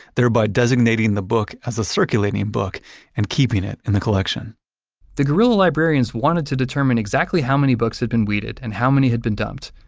thereby designating the book as a circulating book and keeping it in the collection the guerrilla librarians wanted to determine exactly how many books had been weeded and how many had been dumped,